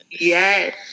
Yes